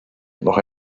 noch